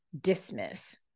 dismiss